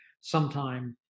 sometime